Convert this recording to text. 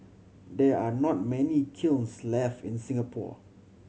there are not many kilns left in Singapore